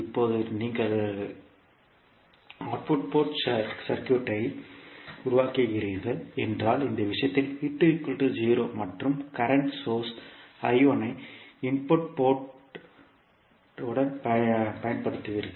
இப்போது நீங்கள் output port short சர்க்யூட்டை உருவாக்குகிறீர்கள் என்றால் இந்த விஷயத்தில் மற்றும் கரண்ட் சோர்ஸ் ஐ இன்புட் போர்ட் பயன்படுத்துகிறீர்கள்